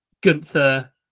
Gunther